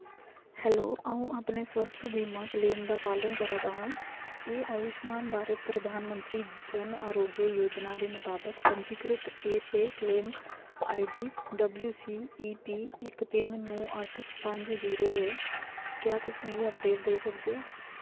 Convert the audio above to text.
hello अ'ऊं अपने स्वास्थ बीमा क्लेम दा पालन करा दा आं एह् आयुषमान भारत प्रधानमंत्री जन आरोग्य योजना दे मताबक पंजीकृत ऐ ते claim I D W C E P इक तिन्न नौ अट्ठ पंज जीरो ऐ क्या तुस मिगी अपडेट देई सकदे ओ